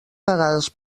pagades